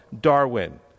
Darwin